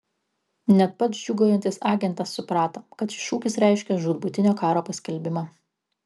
net pats džiūgaujantis agentas suprato kad šis šūkis reiškia žūtbūtinio karo paskelbimą